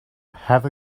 have